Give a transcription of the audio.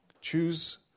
choose